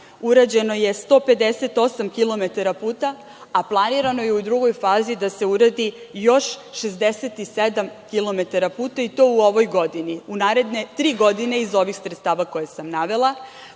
urađeno je 158 kilometara puta, planirano je u drugoj fazi da se uradi još 67 kilometara puta i to u ovoj godini. U narednih tri godine iz ovih sredstava koje sam navela